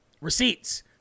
Receipts